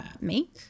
make